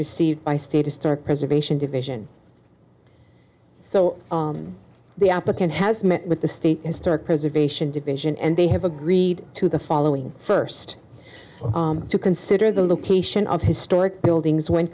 received by state historic preservation division so the applicant has met with the state historic preservation division and they have agreed to the following first to consider the location of historic buildings when